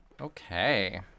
Okay